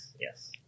yes